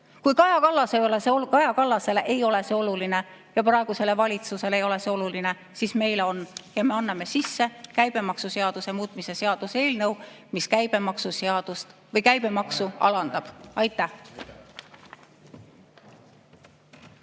Kui Kaja Kallasele ei ole see oluline ja praegusele valitsusele ei ole see oluline, siis meile on ja me anname sisse käibemaksuseaduse muutmise seaduse eelnõu, mis käibemaksu alandab. Aitäh!